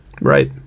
right